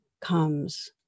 comes